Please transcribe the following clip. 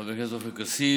חבר הכנסת עופר כסיף,